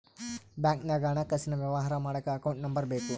ಬ್ಯಾಂಕ್ನಾಗ ಹಣಕಾಸಿನ ವ್ಯವಹಾರ ಮಾಡಕ ಅಕೌಂಟ್ ನಂಬರ್ ಬೇಕು